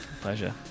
Pleasure